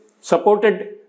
supported